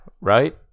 right